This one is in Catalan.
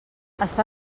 està